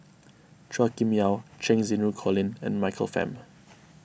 Chua Kim Yeow Cheng Xinru Colin and Michael Fam